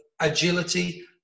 agility